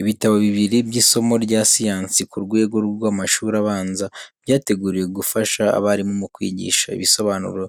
Ibitabo bibiri by’isomo rya siyansi ku rwego rw'amashuri abanza, byateguriwe gufasha abarimu mu kwigisha. Ibisobanuro